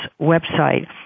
website